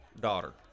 daughter